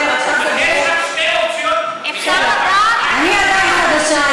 רק שתי אופציות, אפשר לדעת, אני עדיין חדשה.